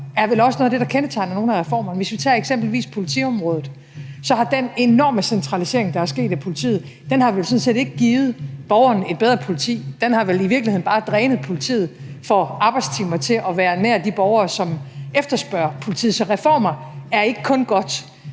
er vel også noget af det, der kendetegner nogle af reformerne. Hvis vi eksempelvis tager politiområdet, har den enorme centralisering, der er sket af politiet, vel sådan set ikke givet borgeren et bedre politi. Den har vel i virkeligheden bare drænet politiet for arbejdstimer i forhold til at være nær de borgere, som efterspørger politiet. Så reformer er ikke kun godt.